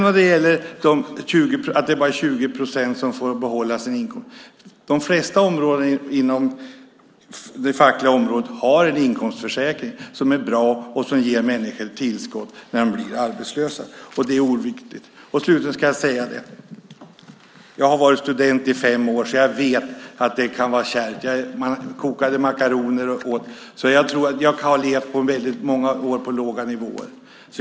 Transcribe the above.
Vad gäller att det bara är 20 procent som får behålla sin inkomst: De flesta områden inom det fackliga området har en inkomstförsäkring som är bra och som ger människor tillskott när de blir arbetslösa. Det är oerhört viktigt. Slutligen ska jag säga att jag har varit student i fem år och vet att det kan vara kärvt. Man kokade makaroner och åt. Jag har levt väldigt många år på låga nivåer.